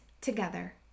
together